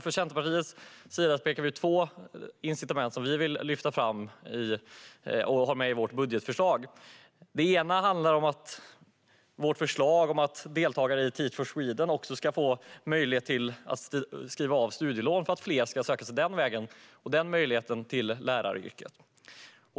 Från Centerpartiet pekar vi på två incitament som vi vill lyfta fram och som vi har med i vårt budgetförslag. Det ena handlar om vårt förslag att deltagare i Teach for Sweden ska få möjlighet att skriva av studielån för att fler ska söka sig den vägen och få denna möjlighet till läraryrket.